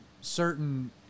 certain